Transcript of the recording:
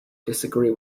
disagree